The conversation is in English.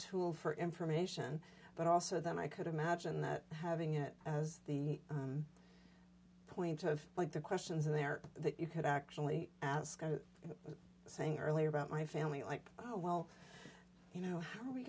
tool for information but also then i could imagine that having it as the point of like the questions in there that you could actually ask saying earlier about my family like well you know how are we